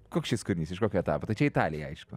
koks šis kūrinys iš kokio etapo tai čia italija aišku